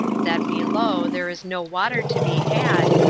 that below there is no water to be had,